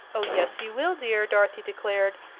oh, yes you will, dear, dorothy declared.